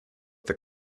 that